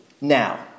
now